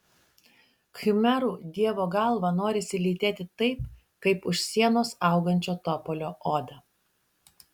khmerų dievo galvą norisi lytėti taip kaip už sienos augančio topolio odą